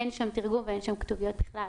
אין שם תרגום ואין כתוביות בכלל.